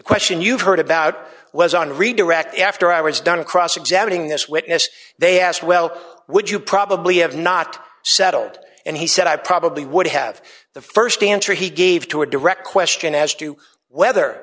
question you've heard about was on redirect after i was done cross examining this witness they asked well would you probably have not settled and he said i probably would have the st answer he gave to a direct question as to whether